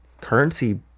currency